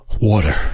Water